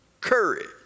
courage